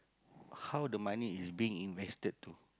how the money is being invested to